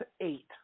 eight